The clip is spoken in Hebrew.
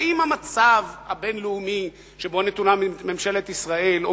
האם המצב הבין-לאומי שבו נתונות ממשלת ישראל או